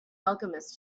alchemist